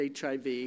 HIV